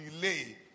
delay